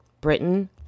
britain